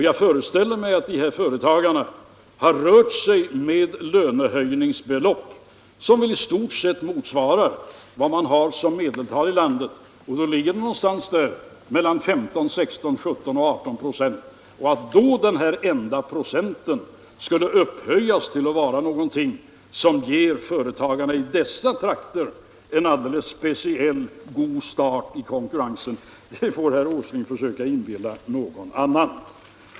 Jag föreställer mig att dessa företagare har rört sig med lönehöjningsbelopp som i stort sett motsvarar vad man har som medeltal i landet, och då ligger det någonstans mellan 15 och 18 96. Att då den här enda procenten skulle upphöjas till att vara någonting som ger företagarna i dessa trakter en alldeles speciellt god start i konkurrensen — det får herr Åsling försöka inbilla någon annan.